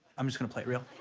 i'm just gonna play it real.